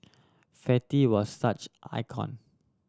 fatty was such icon